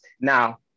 Now